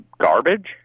garbage